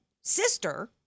sister